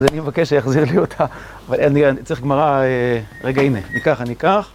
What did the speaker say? אז אני מבקש שיחזיר לי אותה, אבל אין לי, אני צריך גמרא. רגע, הנה, אני אקח, אני אקח.